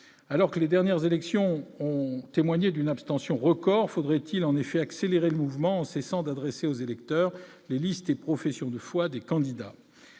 alors que les dernières élections ont témoigné d'une abstention record, faudrait-il en effet accélérer le mouvement en cessant d'adresser aux électeurs les listes et professions de foi des candidats,